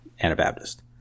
Anabaptist